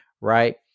Right